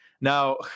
now